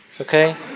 okay